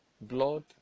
blood